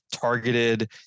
targeted